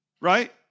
Right